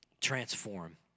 Transform